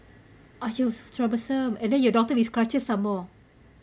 !aiyo! so troublesome and then your daughter is crutches some more